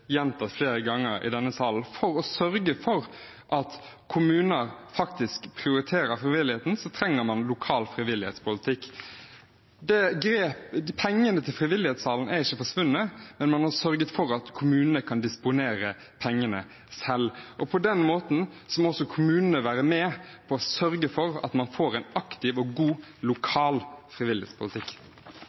gjentatt flere ganger i denne salen. For å sørge for at kommuner faktisk prioriterer frivilligheten, trenger man lokal frivillighetspolitikk. Pengene til frivillighetssentralene har ikke forsvunnet, men man har sørget for at kommunene kan disponere pengene selv. På den måten må også kommunene være med på å sørge for at man får en aktiv og god lokal frivillighetspolitikk.